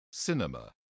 Cinema